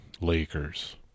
Lakers